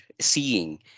seeing